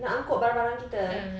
nak angkut barang-barang kita